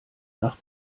nach